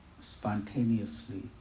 spontaneously